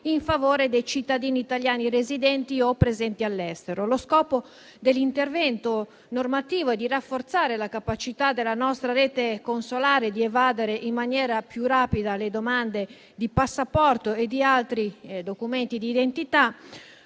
in favore dei cittadini italiani residenti o presenti all'estero. Lo scopo dell'intervento normativo è di rafforzare la capacità della nostra rete consolare, di evadere in maniera più rapida le domande di passaporto e di altri documenti di identità.